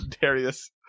Darius